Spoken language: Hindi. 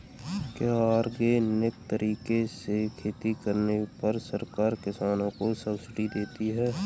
क्या ऑर्गेनिक तरीके से खेती करने पर सरकार किसानों को सब्सिडी देती है?